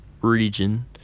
region